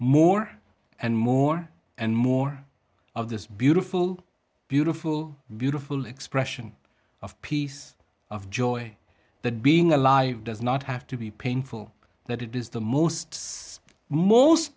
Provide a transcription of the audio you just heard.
more and more and more of this beautiful beautiful beautiful expression of peace of joy that being alive does not have to be painful that it is the most most